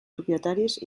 propietaris